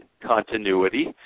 continuity